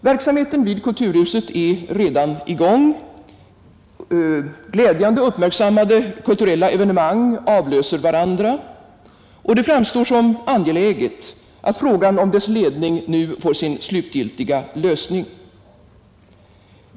Verksamheten vid kulturhuset är redan i gång. Glädjande uppmärksammade kulturella evenemang avlöser varandra, och det framstår som angeläget att frågan om kulturhusets ledning nu får sin slutgiltiga lösning.